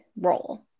role